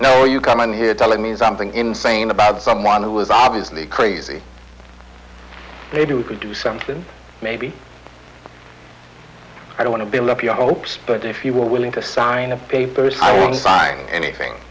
or you come in here telling me something insane about someone who was obviously crazy maybe we could do something maybe i do want to build up your hopes but if you were willing to sign a papers i would sign anything